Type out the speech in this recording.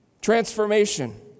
Transformation